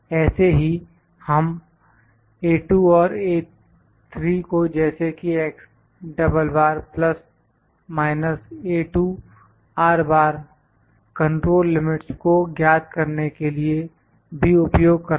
ऐसे ही हम और को जैसे कि कंट्रोल लिमिट्स को ज्ञात करने के लिए भी उपयोग कर सकते हैं